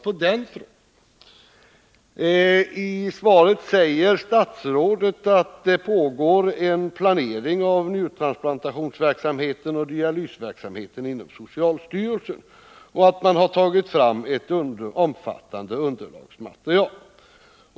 I sitt svar säger statsrådet att det pågår en planering av njurtransplantationsverksamheten och dialysverksamheten inom socialstyrelsen och att man där har tagit fram ett omfattande underlagsmaterial.